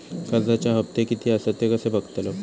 कर्जच्या हप्ते किती आसत ते कसे बगतलव?